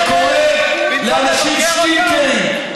שקורא לאנשים שטינקרים,